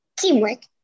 Teamwork